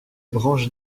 branche